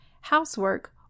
housework